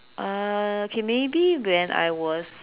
uh okay maybe when I was